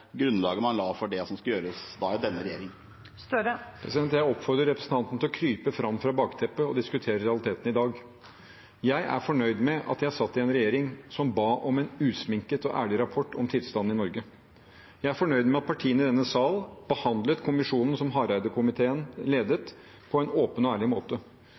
grunnlaget man la for det som skulle gjøres i denne regjering. Jeg oppfordrer representanten til å krype fram fra bakteppet og diskutere realiteten i dag. Jeg er fornøyd med at jeg satt i en regjering som ba om en usminket og ærlig rapport om tilstanden i Norge. Jeg er fornøyd med at partiene i denne sal behandlet komiteen som Hareide ledet, på en åpen og ærlig måte.